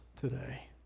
today